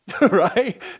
right